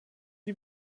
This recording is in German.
die